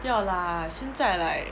不要 lah 现在 like